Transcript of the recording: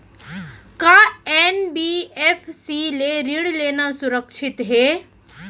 का एन.बी.एफ.सी ले ऋण लेना सुरक्षित हे?